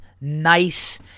nice